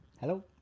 Hello